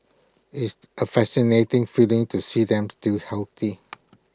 it's A fascinating feeling to see them still healthy